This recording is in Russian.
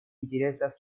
интересов